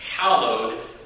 hallowed